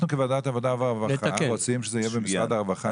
אנחנו כוועדת העבודה והרווחה רוצים שזה יהיה במשרד הרווחה.